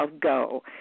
go